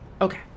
Okay